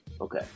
Okay